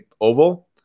oval